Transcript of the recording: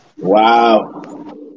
Wow